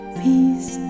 peace